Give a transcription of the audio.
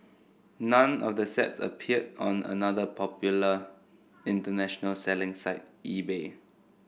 none of the sets appeared on another popular international selling site eBay